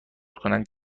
کنند